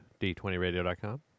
d20radio.com